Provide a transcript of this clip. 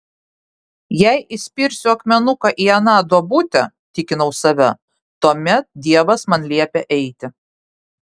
jei įspirsiu akmenuką į aną duobutę tikinau save tuomet dievas man liepia eiti